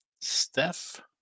Steph